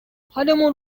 حالمون